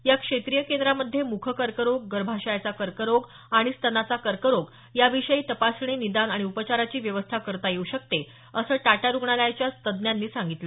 या क्षेत्रीय केंद्रामध्ये मुखकर्करोग गर्भाशयाचा कर्करोग आणि स्तनाचा कर्करोग याविषयी तपासणी निदान आणि उपचाराची व्यवस्था करता येऊ शकते असं टाटा रुग्णालयाच्या तज्ज्ञानी सांगितलं